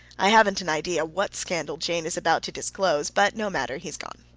i haven't an idea what scandal jane is about to disclose but no matter, he has gone.